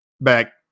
back